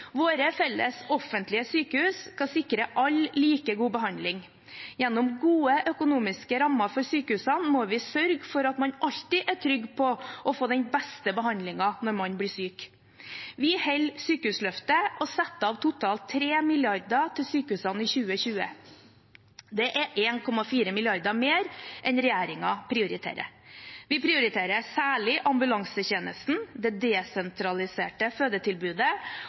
Våre felles offentlige sykehus skal sikre alle like god behandling. Gjennom gode økonomiske rammer for sykehusene må vi sørge for at man alltid er trygg på å få den beste behandlingen når man blir syk. Vi holder sykehusløftet og setter av totalt 3 mrd. kr til sykehusene i 2020. Det er 1,4 mrd. kr mer enn det regjeringen prioriterer. Vi prioriterer særlig ambulansetjenesten, det desentraliserte fødetilbudet